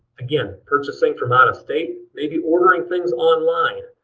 again, purchasing from out of state. maybe ordering things online.